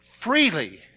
Freely